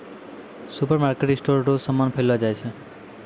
सुपरमार्केटमे स्टोर रो समान पैलो जाय छै